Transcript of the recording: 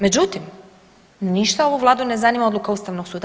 Međutim, ništa ovu Vladu ne zanima odluka Ustavnog suda.